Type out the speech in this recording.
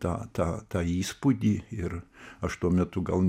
tą tą tą įspūdį ir aš tuo metu gal